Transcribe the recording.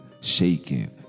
shaking